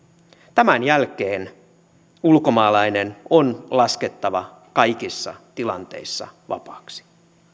tämän jälkeen ulkomaalainen on laskettava kaikissa tilanteissa vapaaksi